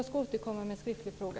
Jag ska återkomma med en skriftlig fråga.